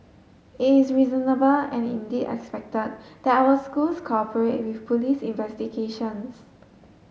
it is reasonable and indeed expected that our schools cooperate with police investigations